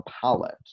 palette